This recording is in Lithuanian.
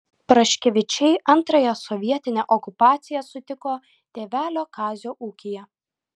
praškevičiai antrąją sovietinę okupaciją sutiko tėvelio kazio ūkyje